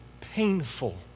painful